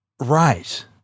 Right